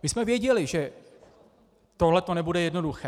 My jsme věděli, že tohle nebude jednoduché.